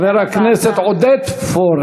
חבר הכנסת יהודה גליק,